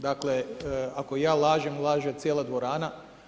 Dakle, ako ja lažem, laže cijela dvorana.